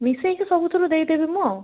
ମିଶାଇକି ସବୁଥିରୁ ଦେଇ ଦେବି ମୁଁ ଆଉ